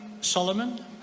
Solomon